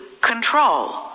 control